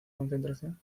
concentración